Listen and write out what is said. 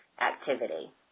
activity